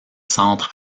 centre